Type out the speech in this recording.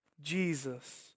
Jesus